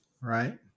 Right